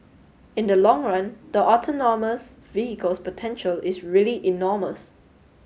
in the long run the autonomous vehicles potential is really enormous